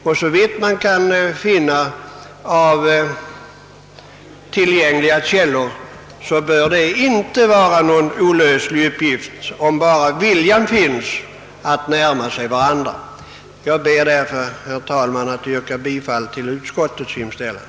Och att döma av tillgängliga källor bör detta inte vara någon olöslig uppgift om bara viljan finns att närma sig varandra. Jag ber därför, herr talman, att få yrka bifall till utskottets hemställan.